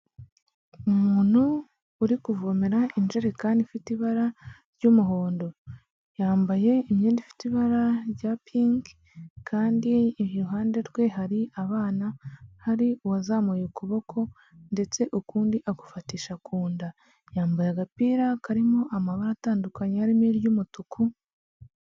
Umuntu uri kuvomera injerekani ifite ibara ry'umuhondo, yambaye imyenda ifite ibara rya pinki, kandi iruhande rwe hari abana, hari uwazamuye ukuboko ndetse ukundi agufatisha ku nda, yambaye agapira karimo amabara atandukanye harimo iry'umutuku.